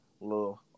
little